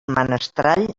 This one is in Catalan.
menestral